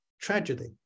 tragedy